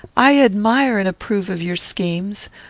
i admire and approve of your schemes.